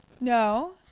No